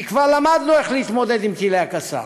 כי כבר למדנו איך להתמודד עם טילי ה"קסאם"